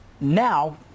Now